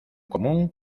común